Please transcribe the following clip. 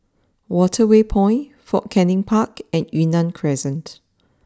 Waterway Point Fort Canning Park and Yunnan Crescent